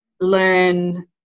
learn